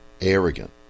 arrogant